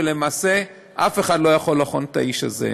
ולמעשה אף אחד לא יכול לחון את האיש הזה.